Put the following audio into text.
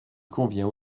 convient